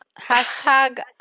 Hashtag